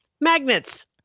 Magnets